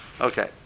Okay